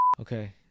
okay